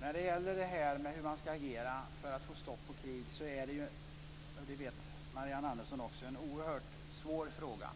Fru talman! Detta att avgöra hur man ska agera för att få stopp på krig är, som Marianne Andersson också vet, en oerhört svår fråga.